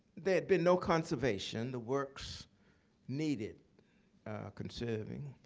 there had been no conservation. the works needed conserving.